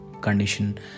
condition